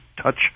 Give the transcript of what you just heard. touch